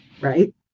right